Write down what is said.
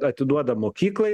atiduodam mokyklai